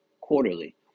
quarterly